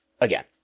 again